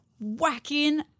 whacking